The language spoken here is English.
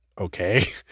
okay